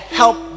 help